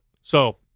So-